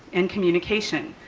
and communication.